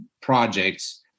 projects